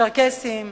הצ'רקסים,